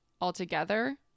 altogether